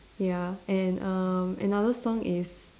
ya and err another song is